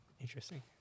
interesting